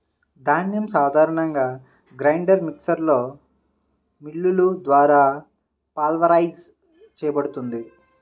ధాన్యం సాధారణంగా గ్రైండర్ మిక్సర్లో మిల్లులు ద్వారా పల్వరైజ్ చేయబడుతుంది